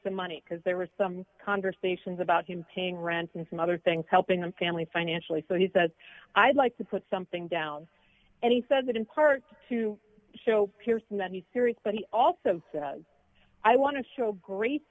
some money because there were some conversations about him paying rent and some other things helping him family financially so he said i'd like to put something down and he said that in part to show pearson that he's serious but he also i want to show great